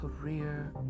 career